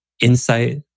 insight